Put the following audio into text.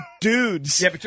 dudes